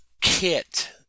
kit